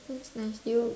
that's nice do you